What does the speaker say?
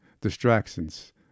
distractions